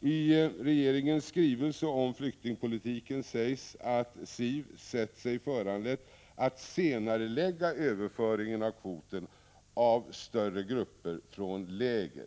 I regeringens skrivelse om flyktingpolitiken sägs att invandrarverket sett sig föranlett att senarelägga överföringen av kvoten av större grupper från läger.